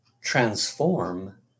transform